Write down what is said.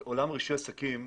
רישוי העסקים,